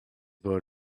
ball